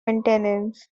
maintenance